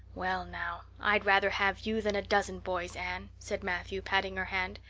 well now, i'd rather have you than a dozen boys, anne, said matthew patting her hand.